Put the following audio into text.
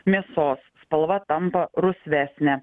mėsos spalva tampa rusvesnė